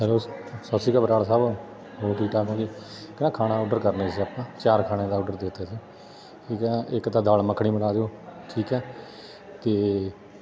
hello ਸਤਿ ਸ਼੍ਰੀ ਅਕਾਲ ਬਰਾੜ ਸਾਹਿਬ ਹੋਰ ਠੀਕ ਠਾਕ ਹੋ ਜੀ ਇੱਕ ਨਾ ਖਾਣਾ ਔਡਰ ਕਰਨਾ ਸੀ ਆਪਾਂ ਚਾਰ ਖਾਣੇ ਦਾ ਔਡਰ ਦੇ ਤਾ ਸੀ ਠੀਕ ਹੈ ਇੱਕ ਤਾਂ ਦਾਲ ਮੱਖਣੀ ਬਣਾ ਦਿਓ ਠੀਕ ਹੈ ਅਤੇ